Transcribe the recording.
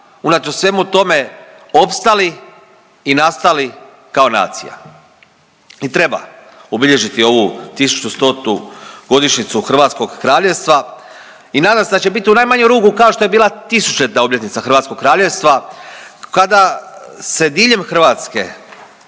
unatoč svemu tome opstali i nastali kao nacija. I treba obilježiti ovu 1100 godišnjicu Hrvatskog Kraljevstva i nadam se da će biti u najmanju ruku kao što je tisućljetna obljetnica Hrvatskog Kraljevstva kada se diljem Hrvatske